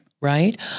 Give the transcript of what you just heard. Right